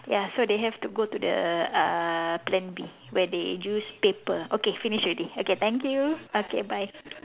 ya so they have to go to the uh plan B where they use paper okay finish already okay thank you okay bye